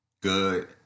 Good